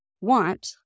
want